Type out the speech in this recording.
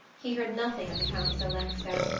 he heard nothing of the countess olenska,